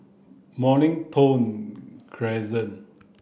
Mornington Crescent